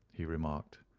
he remarked,